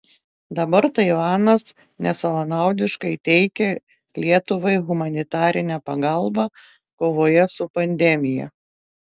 dabar taivanas nesavanaudiškai teikia lietuvai humanitarinę pagalbą kovoje su pandemija